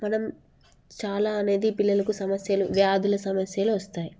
మనం చాలా అనేది పిల్లలకు సమస్యలు వ్యాధుల సమస్యలు వస్తాయి